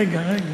רגע, רגע.